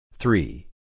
Three